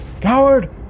Coward